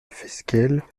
fasquelle